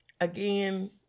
Again